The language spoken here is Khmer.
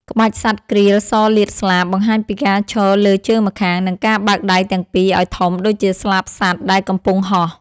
ក្បាច់ សត្វក្រៀលសលាតស្លាប បង្ហាញពីការឈរលើជើងម្ខាង និងការបើកដៃទាំងពីរឱ្យធំដូចជាស្លាបសត្វដែលកំពុងហោះ។